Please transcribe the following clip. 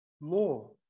law